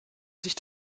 sich